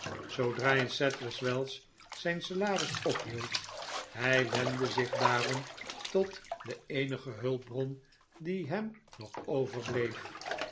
sadlerswells zijn salaris ophield hij wendde zich daarom tot de eenige hulpbron die hem nog overig